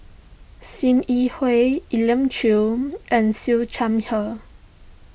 Sim Yi Hui Elim Chew and Siew Her